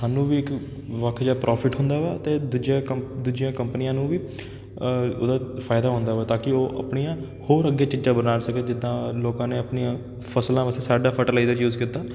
ਸਾਨੂੰ ਵੀ ਇੱਕ ਵੱਖ ਜਿਹਾ ਪ੍ਰੋਫਿਟ ਹੁੰਦਾ ਵਾ ਅਤੇ ਦੂਜੀਆਂ ਕੰਪ ਦੂਜੀਆਂ ਕੰਪਨੀਆਂ ਨੂੰ ਵੀ ਉਹਦਾ ਫਾਇਦਾ ਹੁੰਦਾ ਵਾ ਤਾਂ ਕਿ ਉਹ ਆਪਣੀਆਂ ਹੋਰ ਅੱਗੇ ਚੀਜ਼ਾਂ ਬਣਾ ਸਕੇ ਜਿੱਦਾਂ ਲੋਕਾਂ ਨੇ ਆਪਣੀਆਂ ਫਸਲਾਂ ਵਾਸਤੇ ਸਾਡਾ ਫਟਲਾਇਜ਼ਰ ਯੂਜ਼ ਕੀਤਾ